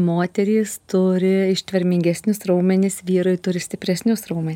moterys turi ištvermingesnius raumenis vyrai turi stipresnius raumenis